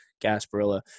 Gasparilla